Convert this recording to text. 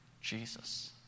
Jesus